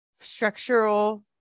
structural